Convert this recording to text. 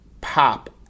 pop